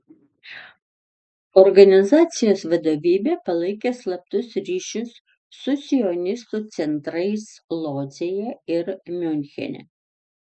organizacijos vadovybė palaikė slaptus ryšius su sionistų centrais lodzėje ir miunchene